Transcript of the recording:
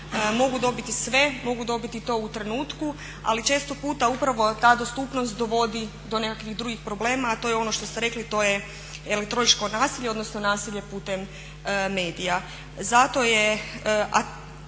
mogu dobiti sve, mogu dobiti to u trenutku ali često puta upravo ta dostupnost dovodi do nekakvih drugih problema a to je ono što ste rekli, to je elektroničko nasilje odnosno nasilje putem medija. Zato je,